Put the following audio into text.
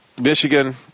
Michigan